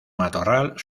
matorral